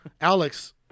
Alex